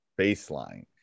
baseline